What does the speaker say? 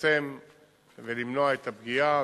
לצמצם ולמנוע את הפגיעה.